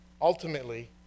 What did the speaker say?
ultimately